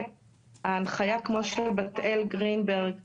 נכון להיום עם ההקלות, כמו שבת חן גרינבלט אמרה,